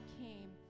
came